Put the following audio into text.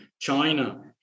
China